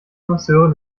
masseurin